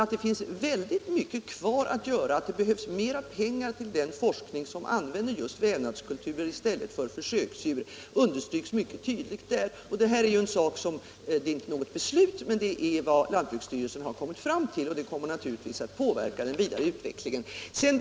Men det finns väldigt mycket kvar att göra, och att det behövs mer pengar till den forskning som använder vävnadskulturer i stället för försöksdjur understryks mycket tydligt. Det föreligger inte något beslut, men detta är vad lantbruksstyrelsen har kommit fram till, och det kommer naturligtvis att påverka den vidare utvecklingen.